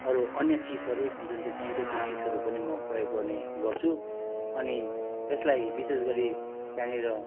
अरू अन्य चिजहरू जुन चाहिँ चाहिन्छ त्यो चिजहरू पनि म प्रयोग गर्ने गर्छु अनि यसलाई विशेष गरी त्यहाँनिर